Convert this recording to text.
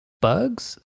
bugs